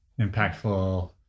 impactful